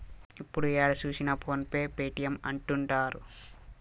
ఇప్పుడు ఏడ చూసినా ఫోన్ పే పేటీఎం అంటుంటారు